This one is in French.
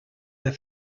des